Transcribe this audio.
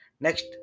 Next